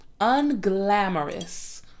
unglamorous